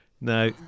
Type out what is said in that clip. Now